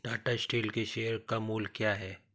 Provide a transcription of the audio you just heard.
Tata steel के share का मूल्य क्या है?